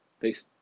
Peace